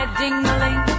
ding-a-ling